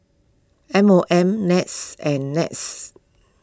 M O M NETS and NETS